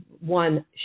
one